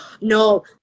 no